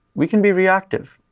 we can be reactive,